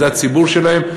זה הציבור שלהם,